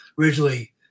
originally